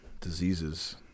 diseases